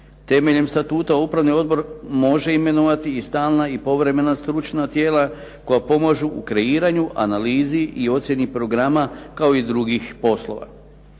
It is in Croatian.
Temeljem statuta upravni odbor može imenovati i stalna i povremena stručna tijela koja pomažu u kreiranju, analizi i ocjeni programa kao i drugih poslova.